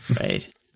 right